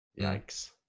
yikes